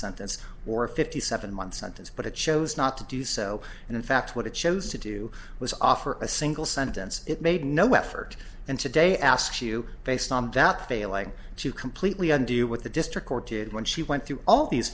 sentence or a fifty seven month sentence but it chose not to do so and in fact what it chose to do was offer a single sentence it made no effort and today asks you based on that failing to completely undo what the district court did when she went through all these